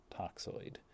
toxoid